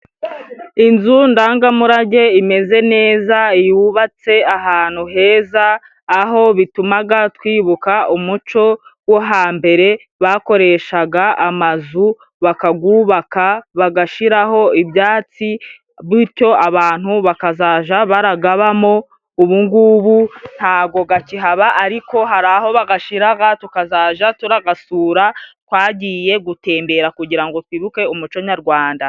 Inzu ndangamurage imeze neza yubatse ahantu heza aho bitumaga twibuka umuco wo hambere bakoreshaga amazu bakagwubaka, bagashiraho ibyatsi, bityo abantu bakazaja baragabamo. Ubu ngubu ntago gakihaba ariko hari aho bagashira tukazaja turagasura, twagiye gutembera kugira ngo twibuke umuco nyarwanda.